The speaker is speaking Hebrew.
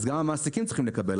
אז גם המעסיקים צריכים לקבל.